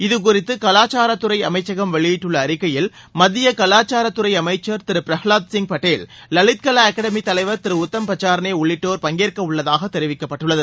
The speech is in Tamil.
இதுகுறித்து கலாச்சாரத்துறை அமைச்சகம் வெளியிட்டுள்ள அறிக்கையில் மத்திய கலாச்சாரத்துறை அமைச்சர் திரு பிரகவாத் சிங் பட்டேல் லலித் கவா அகாடமி தலைவர் திரு உத்தம் பச்சார்ளே உள்ளிட்டோர் பங்கேற்கவுள்ளதாக தெரிவிக்கப்பட்டுள்ளது